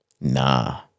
Nah